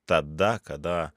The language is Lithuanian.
tada kada